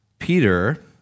Peter